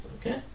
Okay